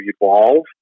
evolve